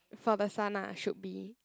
for the son ah should be